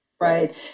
Right